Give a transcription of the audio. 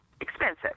expensive